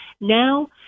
Now